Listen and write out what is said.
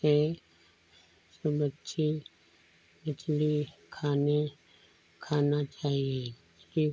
से सब अच्छी मछली खाने खाना चाहिए